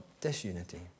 disunity